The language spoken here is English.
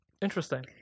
Interesting